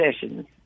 sessions